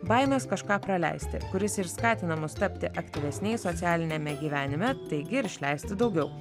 baimės kažką praleisti kuris ir skatina mus tapti aktyvesniais socialiniame gyvenime taigi ir išleisti daugiau